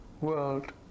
world